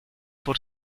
por